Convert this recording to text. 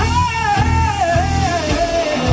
hey